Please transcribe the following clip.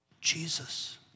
Jesus